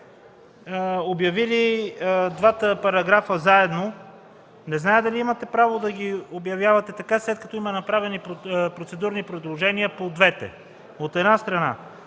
обявили двата параграфа заедно. От една страна, не зная дали имате право да ги обявявате така, след като има направени процедурни предложения по двете. От друга страна,